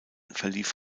verlief